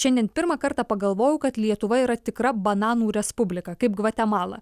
šiandien pirmą kartą pagalvojau kad lietuva yra tikra bananų respublika kaip gvatemala